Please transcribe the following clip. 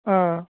ஆ